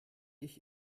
ich